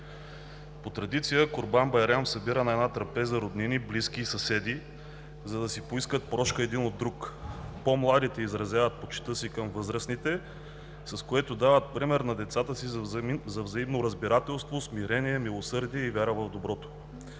По традиция Курбан байрам събира на една трапеза роднини, близки и съседи, за да си поискат прошка един от друг. По-младите изразяват почитта си към възрастните, с което дават пример на децата си за взаимно разбирателство, смирение, милосърдие и вяра в доброто.